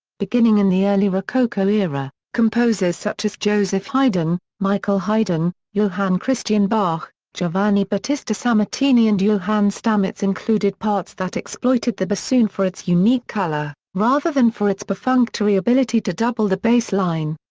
beginning in the early rococo era, composers such as joseph haydn, michael haydn, johann christian bach, giovanni battista sammartini and johann stamitz included parts that exploited the bassoon for its unique color, rather than for its perfunctory ability to double the bass line.